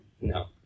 No